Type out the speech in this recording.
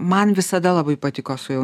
man visada labai patiko su jau